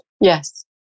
Yes